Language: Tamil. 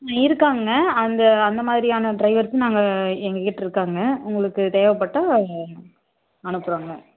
இருக்காங்க அந்த அந்த மாதிரியான டிரைவர்ஸும் நாங்கள் எங்கக்கிட்டிருக்காங்க உங்களுக்கு தேவைப்பட்டா அனுப்பறோங்க